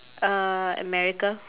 uh america